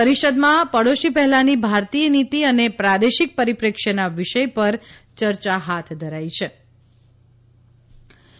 પરિષદમાં પડોશી પહેલાની ભારતીયનીતી અને પ્રાદેશિક પરિપ્રેક્વચ્ચેના વિષય પર ચર્ચા હાથ ધરી છિ